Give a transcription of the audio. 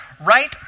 right